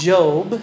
Job